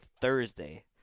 Thursday